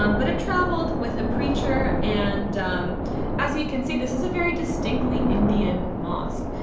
um but it traveled with a preacher and as you can see, this is a very distinctly indian mosque.